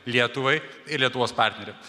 lietuvai ir lietuvos partneriam